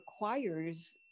requires